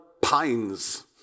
pines